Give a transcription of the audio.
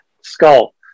skull